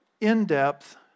in-depth